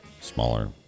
smaller